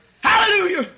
Hallelujah